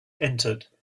entered